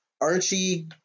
Archie